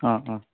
অ অ